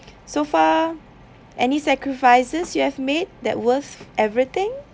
so far any sacrifices you have made that worth everything